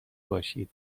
باشید